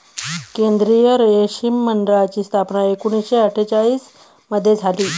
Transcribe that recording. केंद्रीय रेशीम मंडळाची स्थापना एकूणशे अट्ठेचालिश मध्ये झाली